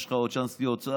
יש לך עוד צ'אנס להיות שר,